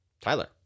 Tyler